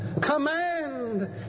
Command